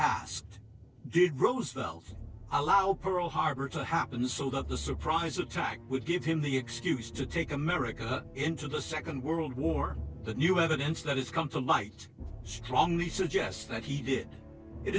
asked did roosevelt allow pearl harbor to happen so that the surprise attack would give him the excuse to take america into the second world war the new evidence that has come to light strongly suggests that he did it